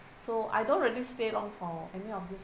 so I don't really stayed on for any of this